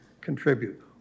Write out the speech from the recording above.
contribute